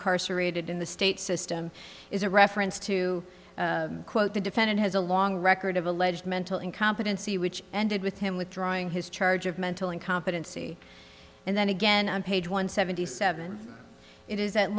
incarcerated in the state system is a reference to quote the defendant has a long record of alleged mental incompetency which ended with him withdrawing his charge of mental incompetency and then again on page one seventy seven it is that